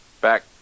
back